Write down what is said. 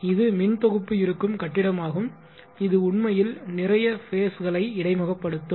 இது மின் தொகுப்பு இருக்கும் கட்டிடம் ஆகும் இது உண்மையில் நிறைய ஃபேஸ்களை இடைமுகப்படுத்தும்